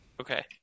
Okay